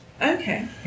Okay